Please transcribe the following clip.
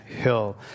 Hill